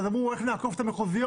אז אמרו איך נעקוף את המחוזיות?